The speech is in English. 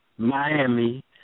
Miami